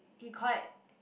he quite